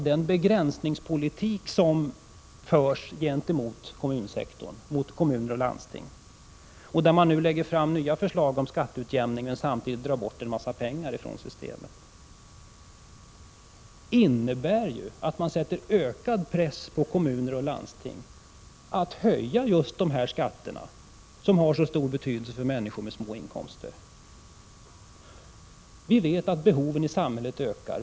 Den begränsningspolitik som förs gentemot kommuner och landsting, där man nu lägger fram nya förslag om skatteutjämning samtidigt som man drar bort en massa pengar ifrån systemet, innebär tvärtom att man sätter ökad press på kommuner och landsting att höja just dessa skatter som har så stor betydelse för människor med små inkomster. Vi vet att behoven i samhället ökar.